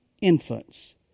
infants